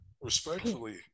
respectfully